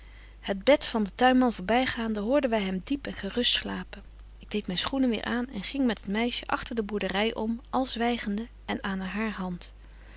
het bed van den tuinman voorby gaande hoorden wy hem diep en gerust slapen ik deed myn schoenen weêr aan en ging met het meisje agter de boerdery om al zwygende en aan haar hand